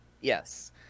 Yes